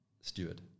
steward